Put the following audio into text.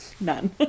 none